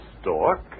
stork